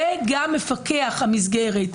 וגם מפקח המסגרת.